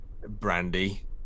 brandy